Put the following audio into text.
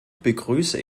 begrüße